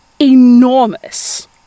Enormous